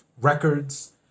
records